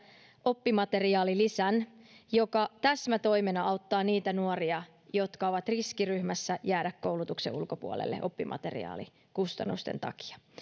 oppimateriaalilisän joka täsmätoimena auttaa niitä nuoria jotka ovat riskiryhmässä jäädä koulutuksen ulkopuolelle oppimateriaalikustannusten takia